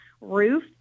roof